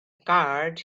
card